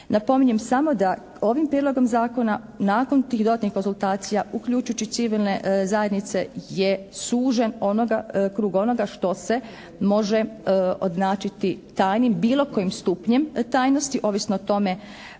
Napominjem samo da ovim prijedlogom zakona nakon tih dodatnih konzultacija uključujući civilne zajednice je sužen krug onoga što se može označiti tajnim, bilo kojim stupnjem tajnosti ovisno o tome